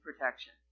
protection